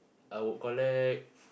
I would collect